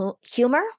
humor